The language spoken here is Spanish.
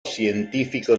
científico